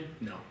no